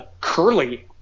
Curly